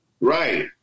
right